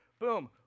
Boom